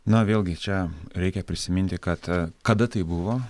na vėlgi čia reikia prisiminti kad kada tai buvo